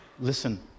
listen